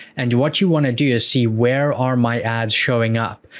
and what you want to do is see, where are my ads showing up?